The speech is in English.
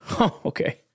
okay